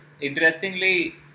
interestingly